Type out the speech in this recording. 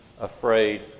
afraid